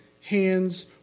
hands